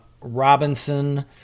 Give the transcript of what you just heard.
Robinson-